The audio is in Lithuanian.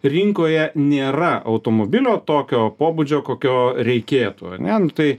rinkoje nėra automobilio tokio pobūdžio kokio reikėtų ane nu tai